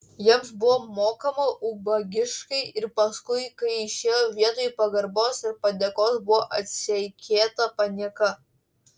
jiems buvo mokama ubagiškai ir paskui kai išėjo vietoj pagarbos ir padėkos buvo atseikėta panieka